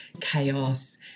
chaos